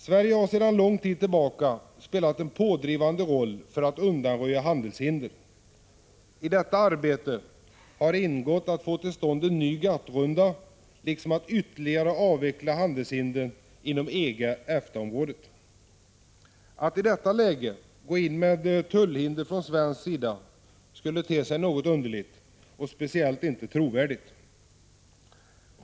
Sverige har sedan lång tid tillbaka spelat en pådrivande roll för att undanröja handelshinder. I detta arbete har ingått att få till stånd en ny GATT-runda, liksom att ytterligare avveckla handelshindren inom EG/ EFTA-området. Att i detta läge gå in med tullhinder från svensk sida skulle te sig något underligt och speciellt inte förefalla trovärdigt.